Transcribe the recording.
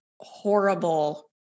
horrible